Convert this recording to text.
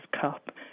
cup